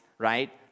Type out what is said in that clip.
right